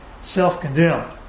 self-condemned